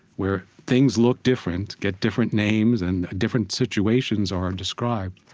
where things look different, get different names, and different situations are described,